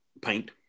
paint